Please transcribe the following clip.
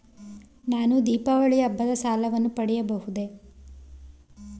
ನಾನು ದೀಪಾವಳಿ ಹಬ್ಬದ ಸಾಲವನ್ನು ಪಡೆಯಬಹುದೇ?